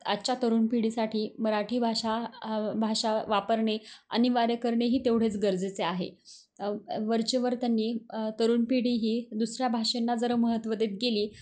आजच्या तरुण पिढीसाठी मराठी भाषा भाषा वापरणे अनिवार्य करणेही तेवढेच गरजेचे आहे वरचे वर्तन तरुण पिढी ही दुसऱ्या भाषेंना जर महत्त्व देत गेली